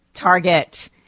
Target